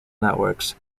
networks